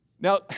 Now